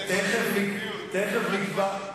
אבל אני המום שאתה מעריך עקביות.